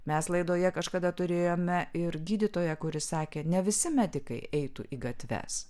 mes laidoje kažkada turėjome ir gydytoją kuris sakė ne visi medikai eitų į gatves